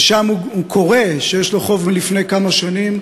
ושם הוא קורא שיש לו חוב מלפני כמה שנים,